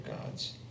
gods